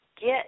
get